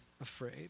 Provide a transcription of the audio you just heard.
afraid